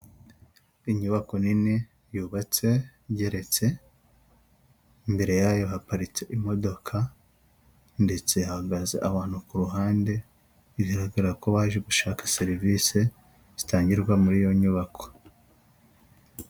Inyubako nini yubatse igereretse, imbere yayo haparitse imodoka ndetse hahagaze abantu ku ruhande, bigaragara ko baje gushaka serivise zitangirwa muri iyo nyubako.